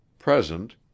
present